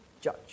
judge